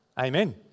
amen